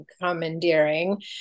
commandeering